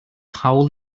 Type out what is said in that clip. hawl